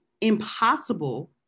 impossible